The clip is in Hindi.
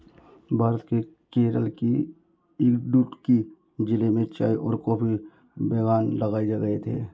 भारत के केरल के इडुक्की जिले में चाय और कॉफी बागान लगाए गए थे